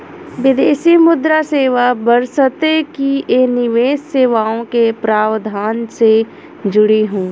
विदेशी मुद्रा सेवा बशर्ते कि ये निवेश सेवाओं के प्रावधान से जुड़ी हों